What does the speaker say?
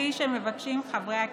כפי שמבקשים חברי הכנסת.